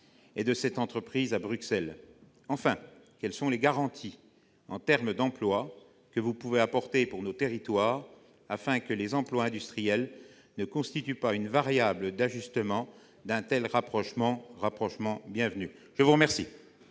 et de cette entreprise à Bruxelles ? Enfin, quelles garanties en termes d'emploi peut-il apporter pour nos territoires, afin que les emplois industriels ne constituent pas une variable d'ajustement d'un tel rapprochement, par ailleurs